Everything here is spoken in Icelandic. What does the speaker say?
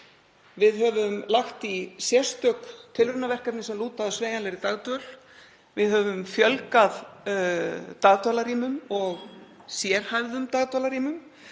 Við höfum lagt í sérstök tilraunaverkefni sem lúta að sveigjanlegri dagdvöl. Við höfum fjölgað dagdvalarrýmum og sérhæfðum dagdvalarrýmum.